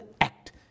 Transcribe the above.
act